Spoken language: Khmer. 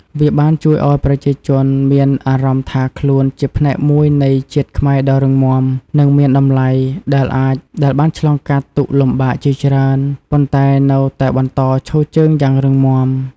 វាបានជួយឲ្យប្រជាជនមានអារម្មណ៍ថាខ្លួនជាផ្នែកមួយនៃ ជាតិខ្មែរដ៏រឹងមាំ និងមានតម្លៃ ដែលបានឆ្លងកាត់ទុក្ខលំបាកជាច្រើន ប៉ុន្តែនៅតែបន្តឈរជើងយ៉ាងរឹងមាំ។